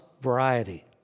variety